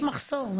כן, יש מחסור.